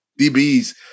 DBs